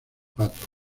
patos